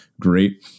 great